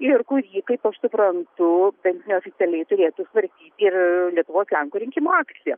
ir kurį kaip aš suprantu bent neoficialiai turėtų svarstyti ir lietuvos lenkų rinkimų akcija